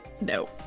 No